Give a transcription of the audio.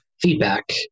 feedback